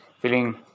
feeling